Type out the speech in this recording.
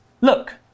Look